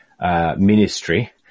ministry